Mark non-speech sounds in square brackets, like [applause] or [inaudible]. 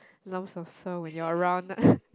lumps of soil when you are around [laughs]